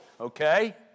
okay